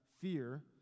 fear